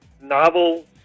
novel